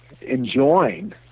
Enjoying